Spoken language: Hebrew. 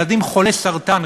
ילדים חולי סרטן,